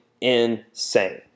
insane